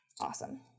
Awesome